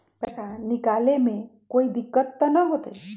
पैसा निकाले में कोई दिक्कत त न होतई?